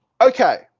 Okay